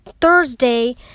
Thursday